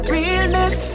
Realness